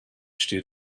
stil